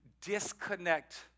disconnect